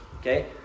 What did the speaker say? okay